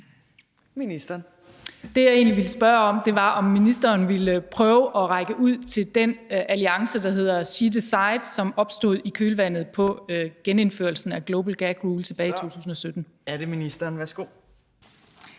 Ministeren.) Men det, jeg egentlig ville spørge om, var, om ministeren ville prøve at række ud til den alliance, der hedder She Decides, som opstod i kølvandet på genindførelsen af The Global Gag Rule tilbage i 2017. Kl. 14:59 Fjerde